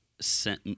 sent